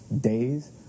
days